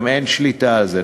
גם אין שליטה על זה.